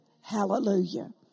Hallelujah